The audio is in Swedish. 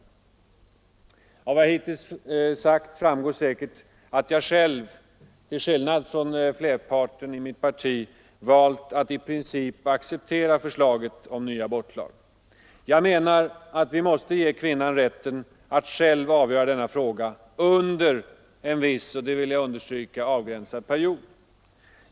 Av vad jag hittills sagt framgår säkert att jag själv, till skillnad från de flesta inom mitt parti, valt att i princip acceptera förslaget till ny abortlag. Jag menar att vi måste ge kvinnan rätten att själv avgöra denna fråga under en viss — det vill jag understryka — avgränsad period.